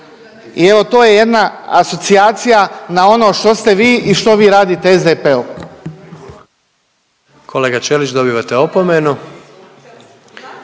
I evo to je jedna asocijacija na ono što ste vi i što vi radite SDP-u. **Jandroković, Gordan